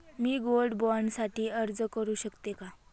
मी gold bond साठी अर्ज करु शकते का?